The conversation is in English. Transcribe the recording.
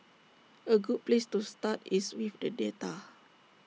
A good place to start is with the data